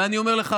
ואני אומר לך,